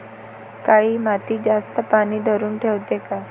काळी माती जास्त पानी धरुन ठेवते का?